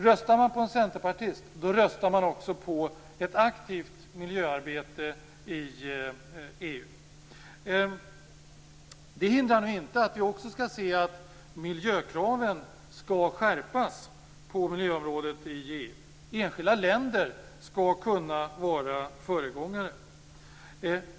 Röstar man på en centerpartist röstar man också på ett aktivt miljöarbete i EU. Det hindrar inte att vi nu också skall se till att miljökraven skärps i EU. Enskilda länder skall kunna vara föregångare.